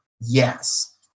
yes